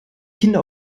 kinder